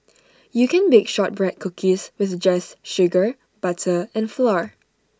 you can bake Shortbread Cookies just with sugar butter and flour